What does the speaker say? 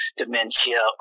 dementia